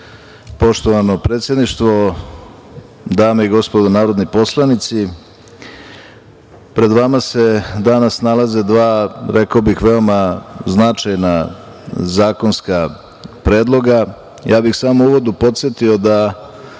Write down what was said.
skupštine. Poštovano predsedništvo, dame i gospodo narodni poslanici, pred vama se danas nalaze dva, rekao bih, veoma značajna zakonska predloga. Ja bih samo u uvodu podsetio da